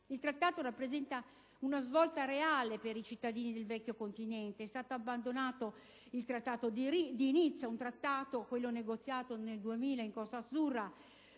Trattato rappresenta una svolta reale per i cittadini del Vecchio continente. È stato abbandonato il Trattato di Nizza, negoziato nel 2000 in Costa Azzurra,